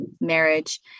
marriage